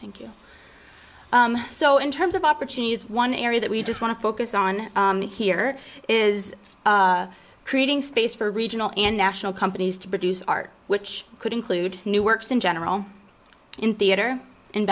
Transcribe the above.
thank you so in terms of opportunities one area that we just want to focus on here is creating space for regional and national companies to produce art which could include new works in general in theater in